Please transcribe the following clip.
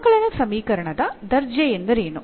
ಅವಕಲನ ಸಮೀಕರಣದ ದರ್ಜೆ ಎಂದರೇನು